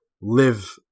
live